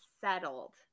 settled